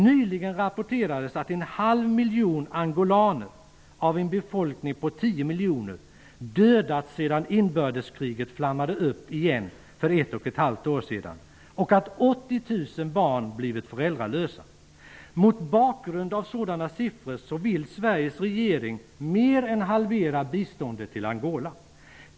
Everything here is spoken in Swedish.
Nyligen rapporterades att en halv miljon angolaner, av en befolkning på 10 miljoner, dödats sedan inbördeskriget flammade upp igen för ett och ett halvt år sedan och att 80 000 barn blivit föräldralösa. Mot bakgrund av sådana siffror vill Sveriges regering mer än halvera biståndet till Angola.